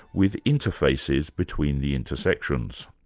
with interfaces between the intersections.